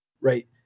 right